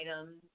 items